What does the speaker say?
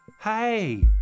Hey